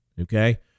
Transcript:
Okay